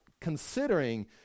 considering